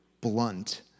blunt